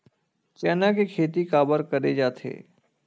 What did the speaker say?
चना के खेती काबर करे जाथे?